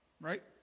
right